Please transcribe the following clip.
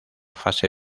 fase